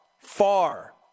Far